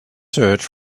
search